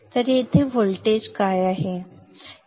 तर येथे व्होल्टेज काय आहे